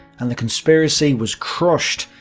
and the conspiracy was crushed,